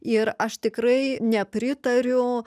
ir aš tikrai nepritariu